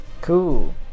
Cool